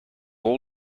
all